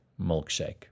milkshake